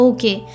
Okay